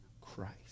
Christ